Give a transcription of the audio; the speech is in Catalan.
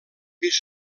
pis